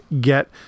get